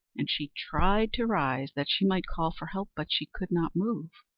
and she tried to rise that she might call for help, but she could not move,